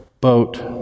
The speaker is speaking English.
boat